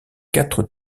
quatre